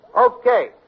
Okay